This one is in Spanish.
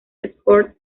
sport